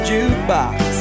Jukebox